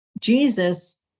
jesus